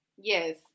yes